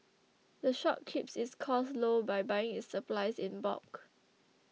the shop keeps its costs low by buying its supplies in bulk